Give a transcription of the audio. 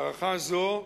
הארכה זו,